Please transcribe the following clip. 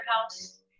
house